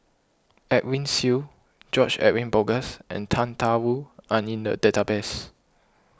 Edwin Siew George Edwin Bogaars and Tang Da Wu are in the database